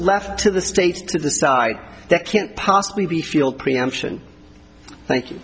left to the states to decide that can't possibly be field preemption thank you